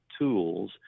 tools